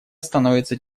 становится